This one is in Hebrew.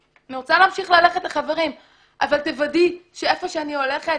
אני רוצה להמשיך ללכת לחברים אבל תוודאי שלאן שאני הולכת